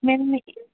ma'am